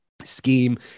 scheme